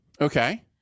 okay